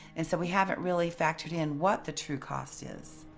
and so we haven't really factored in what the true cost is.